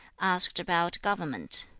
asked about government.